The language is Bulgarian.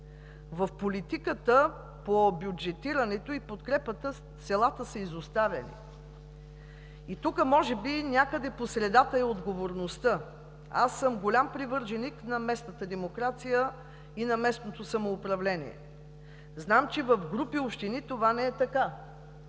в политиката по бюджетирането и подкрепата селата са изоставени. Тук може би някъде по средата е отговорността. Аз съм голям привърженик на местната демокрация и на местното самоуправление. Знам, че в групи общини това не е така.